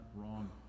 wrong